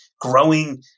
growing